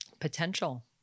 potential